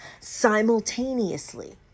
simultaneously